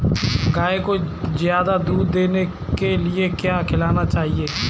गाय को ज्यादा दूध देने के लिए क्या खिलाना चाहिए?